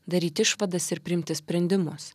daryti išvadas ir priimti sprendimus